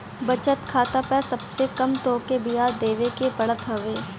बचत खाता पअ सबसे कम तोहके बियाज देवे के पड़त हवे